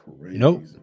Nope